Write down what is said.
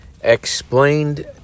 explained